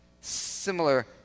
Similar